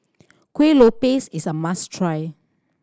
Kueh Lopes is a must try